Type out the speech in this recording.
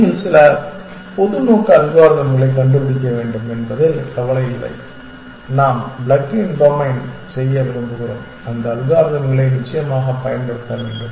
நீங்கள் சில பொது நோக்க அல்காரிதம்களைக் கண்டுபிடிக்க வேண்டும் என்பதில் கவலையில்லை நாம் பிளக் இன் டொமைன் செய்ய விரும்புகிறோம் அந்த அல்காரிதம்களை நிச்சயமாக பயன்படுத்த வேண்டும்